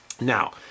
now